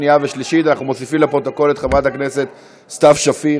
ועדת הכלכלה?